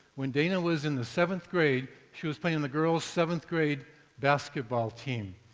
when dana was in the seventh grade, she was playing in the girls' seventh grade basketball team.